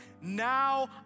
now